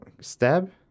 stab